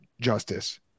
justice